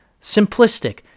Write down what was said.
simplistic